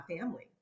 family